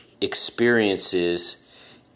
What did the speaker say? experiences